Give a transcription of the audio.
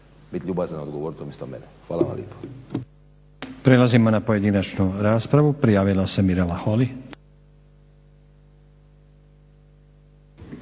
biti ljubazan odgovoriti umjesto mene. Hvala lijepo.